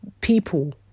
people